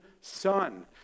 son